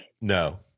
No